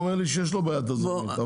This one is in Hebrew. הוא אומר שיש לו בעיה תזרימית.